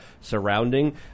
surrounding